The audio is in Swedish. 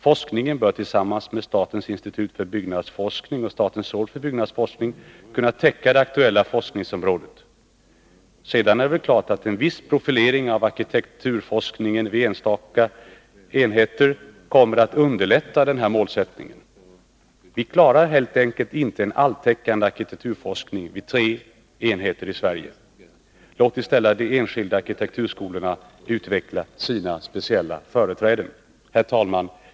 Forskningen bör tillsammans med statens institut för byggnadsforskning och statens råd för byggnadsforskning kunna täcka det aktuella forskningsområdet. Sedan är det klart att en viss profilering av arkitekturforskningen vid enstaka enheter kommer att underlätta uppnåendet av målet. Vi klarar helt enkelt inte en alltäckande arkitekturforskning vid tre enheter i Sverige. Låt i stället de enskilda arkitekturskolorna utveckla sina speciella företräden! Herr talman!